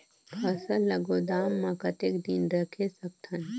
फसल ला गोदाम मां कतेक दिन रखे सकथन?